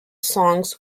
songs